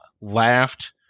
laughed